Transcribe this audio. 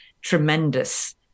tremendous